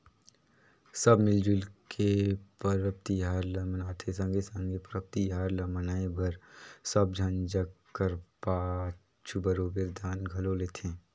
सब मिल जुइल के परब तिहार ल मनाथें संघे संघे परब तिहार ल मनाए बर सब झन जग घर पाछू बरोबेर दान घलो लेथें